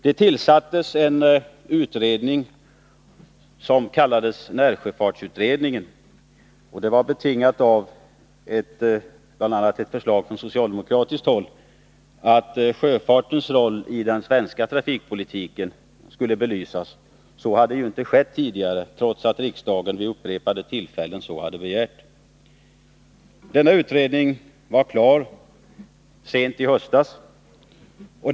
Det tillsattes en utredning: närsjöfartsutredningen. Den tillkom efter ett förslag från socialdemokratiskt håll att sjöfartens roll i den svenska trafikpolitiken skulle belysas. Detta hade inte skett tidigare, trots att riksdagen vid upprepade tillfällen så hade begärt. Utredningen var klar sent i höstas.